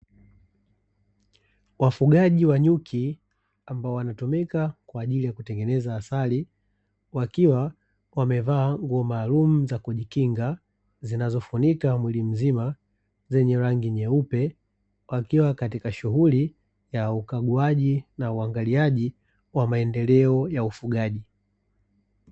Wafugaji wa nyuki ambao wanatumika kwa ajili ya kutengeneza asali wakiwa wamevaa nguo maalumu za kujikinga zinazofunika mwili mzima zenye rangi nyeupe, wakiwa katika shughuli ya ukaguaji na uangaliaji wa maendeleo ya ufugaji.